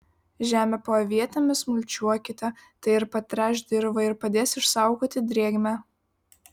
žemę po avietėmis mulčiuokite tai ir patręš dirvą ir padės išsaugoti drėgmę